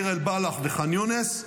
דיר אל-בלח וח'אן יונס,